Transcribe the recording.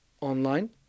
online